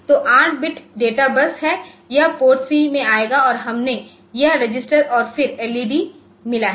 तो 8 bit data bus से यह PORTC में आएगा और हमने यह रजिस्टर और फिर एलईडीमिला है